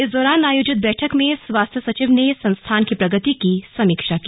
इस दौरान आयोजित बैठक में स्वास्थ्य सचिव ने संस्थान की प्रगति की समीक्षा की